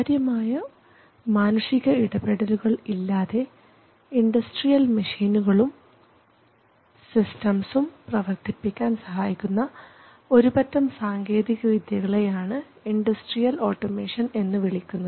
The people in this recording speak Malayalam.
കാര്യമായ മാനുഷിക ഇടപെടലുകൾ ഇല്ലാതെ ഇൻഡസ്ട്രിയൽ മെഷീനുകളും സിസ്റ്റംസും പ്രവർത്തിപ്പിക്കാൻ സഹായിക്കുന്ന ഒരുപറ്റം സാങ്കേതികവിദ്യകളെ ആണ് ഇൻഡസ്ട്രിയൽ ഓട്ടോമേഷൻ എന്നു വിളിക്കുന്നത്